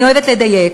אני אוהבת לדייק,